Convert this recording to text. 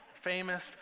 famous